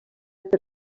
per